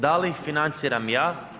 Da li ih financiram ja?